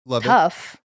tough